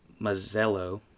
Mazzello